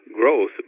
growth